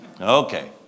Okay